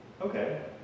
Okay